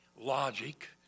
logic